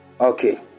okay